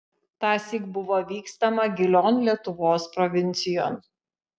tąsyk buvo vykstama gilion lietuvos provincijon